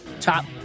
top